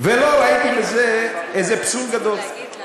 ולא ראיתי בזה איזה פסול גדול.